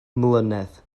mlynedd